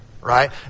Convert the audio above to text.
right